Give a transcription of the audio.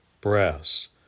brass